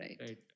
Right